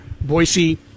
boise